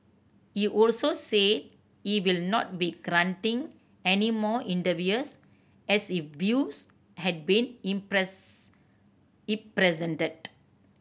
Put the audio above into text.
he also said he will not be granting any more interviews as he views had been impress in presented